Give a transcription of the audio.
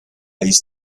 ist